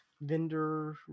vendor